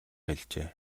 хэлжээ